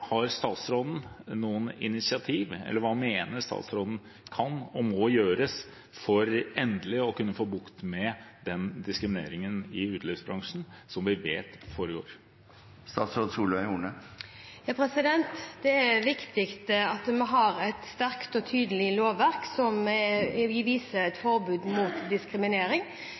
Har statsråden noen initiativer, eller hva mener statsråden kan og må gjøres for endelig å kunne få bukt med den diskrimineringen i utelivsbransjen som vi vet foregår? Det er viktig at vi har et sterkt og tydelig lovverk som viser et forbud mot diskriminering.